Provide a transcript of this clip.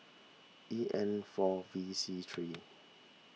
E N four V C three